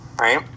right